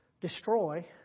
destroy